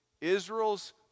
Israel's